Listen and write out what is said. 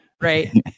Right